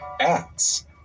acts